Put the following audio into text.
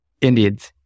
Indeed